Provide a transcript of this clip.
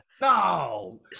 no